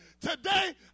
Today